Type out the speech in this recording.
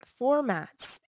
formats